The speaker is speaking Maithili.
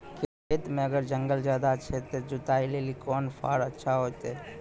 खेत मे अगर जंगल ज्यादा छै ते जुताई लेली कोंन फार अच्छा होइतै?